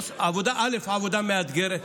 עבודה מאתגרת.